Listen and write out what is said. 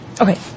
Okay